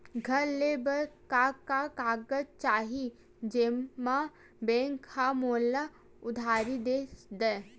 घर ले बर का का कागज चाही जेम मा बैंक हा मोला उधारी दे दय?